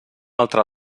altra